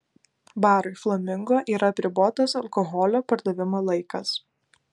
barui flamingo yra apribotas alkoholio pardavimo laikas